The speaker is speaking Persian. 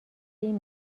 این